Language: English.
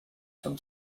from